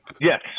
Yes